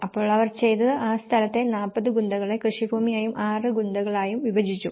അപ്പോൾ അവർ ചെയ്തത് ആ സ്ഥലത്തെ 40 ഗുന്തകളെ കൃഷിഭൂമിയായും 6 ഗുന്തകളായും വിഭജിച്ചു